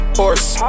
horse